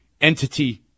entity